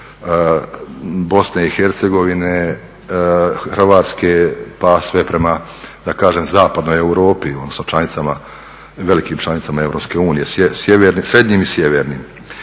Bosne i Hercegovine, Hrvatske pa sve prema da kažem Zapadnoj Europi, odnosno članicama, velikim članicama EU, srednjim i sjevernim.